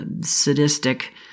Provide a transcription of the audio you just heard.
sadistic